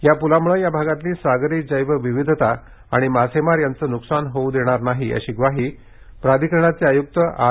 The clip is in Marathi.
या प्लाम्ळ या भागातली सागरी जैवविविधता आणि मासेमार यांचं नुकसान होऊ देणार नसल्याची ग्वाही प्राधिकरणाचे आयुक्त आर